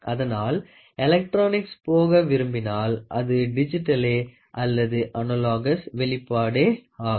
அதனால் எலெக்ட்ரானிக்ஸ் போக விரும்பினால் அது டிஜிட்டலே அல்லது அனலோகோஸ் வெளிப்பாடே ஆகும்